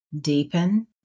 deepen